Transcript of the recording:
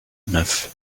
neuf